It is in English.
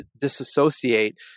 disassociate